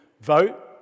vote